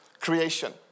creation